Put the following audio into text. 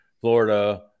Florida